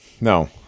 No